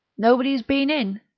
nobody's been in?